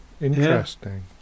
Interesting